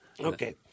Okay